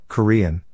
Korean